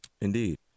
Indeed